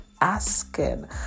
asking